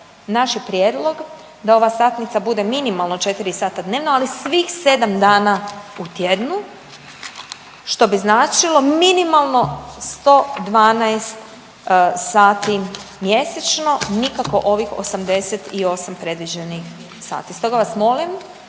naš je prijedlog da ova satnica bude minimalno 4 sata dnevno, ali svih 7 dana u tjednu, što bi značilo minimalno 112 sati mjesečno, nikako ovih 88 predviđenih sati. Stoga vas molim